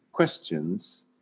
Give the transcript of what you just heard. questions